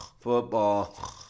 football